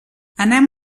anem